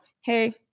hey